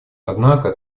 однако